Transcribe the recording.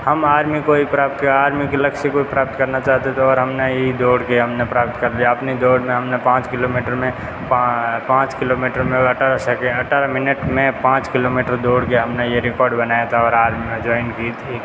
हम आर्मी को ही प्राप्त आर्मी के लक्ष्य को ही प्राप्त करना चाहते थें और हम ने यही दौड़ के हम ने प्राप्त कर लिया अपनी दौड़ में हम ने पाँच किलोमीटर में पाँच किलोमीटर में अट्ठारह सेकंड अट्ठारह मिनट में पाँच किलोमीटर दौड़ के हम ने ये रिकॉर्ड बनाया था और आर्मी ज्वाइन की थी